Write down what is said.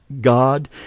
God